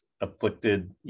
afflicted